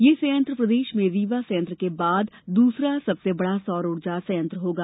यह संयंत्र प्रदेश में रीवा संयंत्र के बाद दूसरा सबसे बड़ा सौर ऊर्जा संयंत्र होगा